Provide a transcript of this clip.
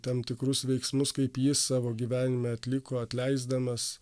tam tikrus veiksmus kaip jis savo gyvenime atliko atleisdamas